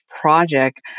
project